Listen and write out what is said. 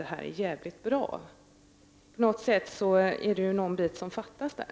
Det här är jävligt bra!” På något sätt är det något som fattas där.